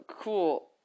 cool